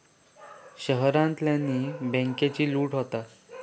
शहरांतल्यानी बॅन्केची लूट होता